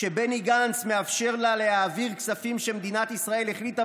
שבני גנץ מאפשר לה להעביר כספים שמדינת ישראל החליטה